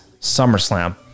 SummerSlam